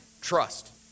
Trust